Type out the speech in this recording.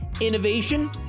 innovation